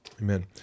Amen